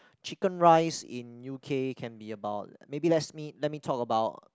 chicken rice in U_K can be about maybe let's me let me talk about